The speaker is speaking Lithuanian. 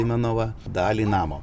imanovą dalį namo